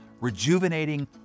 rejuvenating